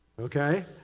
okay?